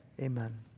amen